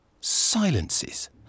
silences